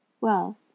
Well